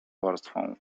warstwą